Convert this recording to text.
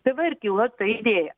tai va ir kilo ta idėja